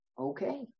Okay